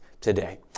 today